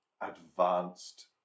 advanced